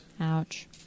Ouch